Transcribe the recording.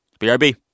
BRB